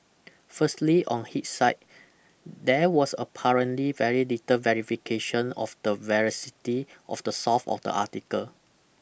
firstly on hidsight there was apparently very little verification of the veracity of the source of the article